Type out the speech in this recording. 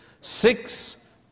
Six